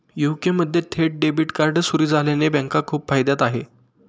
UK मध्ये थेट debit सुरू झाल्याने बँका खूप फायद्यात आहे